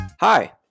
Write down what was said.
Hi